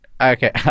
Okay